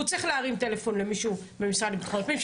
הוא צריך להרים טלפון למישהו במשרד לביטחון הפנים,